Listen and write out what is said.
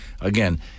again